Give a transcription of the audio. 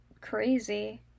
crazy